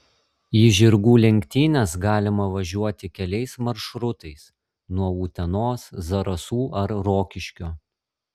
į žirgų lenktynes galima važiuoti keliais maršrutais nuo utenos zarasų ar rokiškio